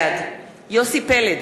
בעד יוסי פלד,